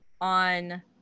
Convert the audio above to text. on